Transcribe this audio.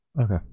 okay